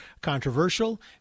controversial